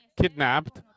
kidnapped